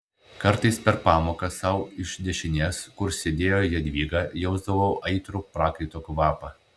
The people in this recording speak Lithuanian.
kartais per pamoką sau iš dešinės kur sėdėjo jadvyga jausdavau aitrų prakaito kvapą